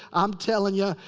i'm tellin' ya.